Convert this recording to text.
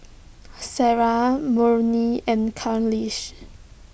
Sarah Murni and Khalish